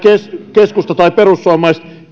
keskusta tai perussuomalaiset